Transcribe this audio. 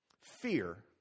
Fear